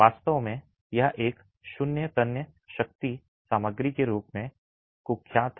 वास्तव में यह एक शून्य तन्य शक्ति सामग्री के रूप में कुख्यात है